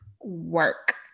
work